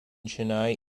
chennai